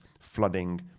flooding